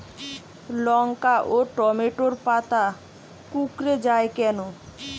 লঙ্কা ও টমেটোর পাতা কুঁকড়ে য়ায় কেন?